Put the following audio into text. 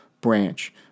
branch